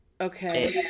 Okay